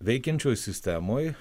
veikiančioj sistemoj